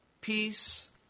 peace